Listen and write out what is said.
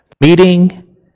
meeting